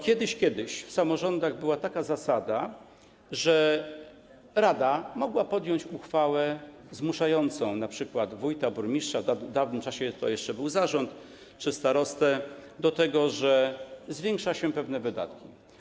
Kiedyś, kiedyś w samorządach była taka zasada, że rada mogła podjąć uchwałę zmuszającą np. wójta, burmistrza, w dawnym czasie to jeszcze był zarząd, czy starostę do tego, żeby zwiększyć pewne wydatki.